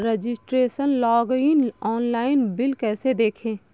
Registration login online bill कैसे देखें?